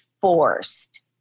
forced